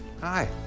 Hi